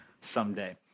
someday